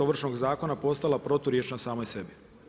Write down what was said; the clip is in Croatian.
Ovršnog zakona postala proturječna samoj sebi.